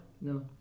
No